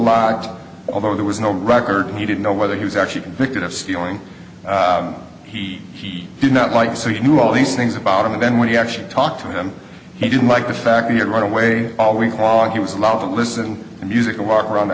lot although there was no record he didn't know whether he was actually convicted of stealing he did not like so he knew all these things about him and then when he actually talked to him he didn't like the fact that right away all week while he was allowed to listen to music and walk around the